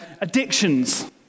Addictions